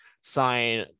sign